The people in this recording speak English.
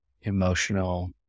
emotional